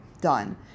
done